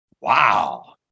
Wow